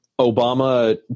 Obama